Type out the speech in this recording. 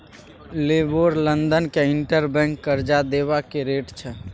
LIBOR लंदनक inter bank करजा देबाक रेट छै